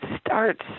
starts